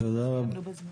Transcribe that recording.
תודה רבה, ד"ר.